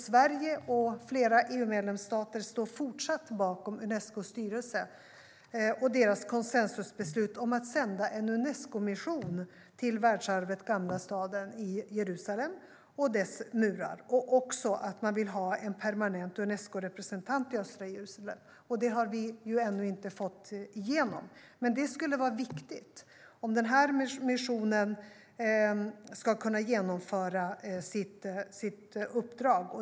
Sverige och flera EU-medlemsstater står fortsatt bakom Unescos styrelse och dess konsensusbeslut om att sända en Unescomission till världsarvet Jerusalems gamla stad och dess murar och också att man vill ha en permanent Unescorepresentant i östra Jerusalem. Detta har vi ännu inte fått igenom, men det är viktigt om den här missionen ska kunna genomföra sitt uppdrag.